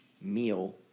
meal